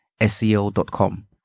seo.com